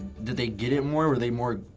did they get it more? were they more